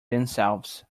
themselves